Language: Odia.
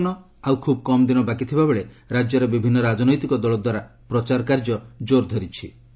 ନିର୍ବାଚନ ଆଉ ଖୁବ୍ କମ୍ ଦିନ ବାକି ଥିବାବେଳେ ରାଜ୍ୟରେ ବିଭିନ୍ନ ରାଜନୈତିକ ଦଳଦ୍ୱାରା ପ୍ରଚାର କାର୍ଯ୍ୟ କୋର୍ ଧରିଛି